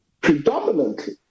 predominantly